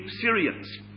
Syrians